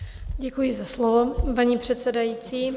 Děkuji za slovo, paní předsedající.